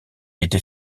était